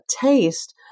taste